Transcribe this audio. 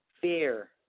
fear